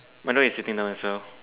my dog is sitting down as well